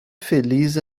feliz